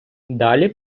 далі